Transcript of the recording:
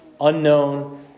unknown